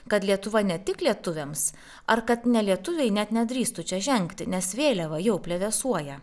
kad lietuva ne tik lietuviams ar kad nelietuviai net nedrįstų čia žengti nes vėliava jau plevėsuoja